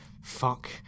fuck